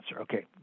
Okay